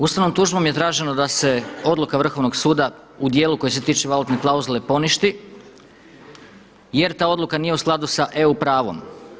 Ustavnom tužbom je traženo da se odluka Vrhovnog suda u dijelu koji se tiče valutne klauzule poništi, jer ta odluka nije u skladu sa EU pravom.